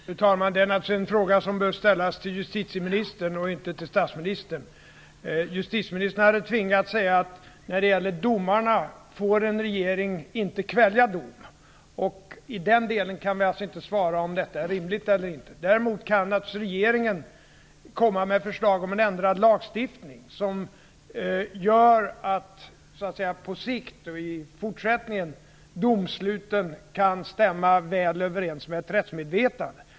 Fru talman! Det här är en fråga som bör ställas till justitieministern och inte till statsministern. Justitieministern hade då tvingats säga att när det gäller domarna får en regering inte kvälja dom. I den delen kan vi alltså inte svara på om detta är rimligt eller inte. Däremot kan naturligtvis regeringen komma med förslag till en ändring av lagstiftningen, så att domsluten på sikt och i fortsättningen kan stämma väl överens med ett rättsmedvetande.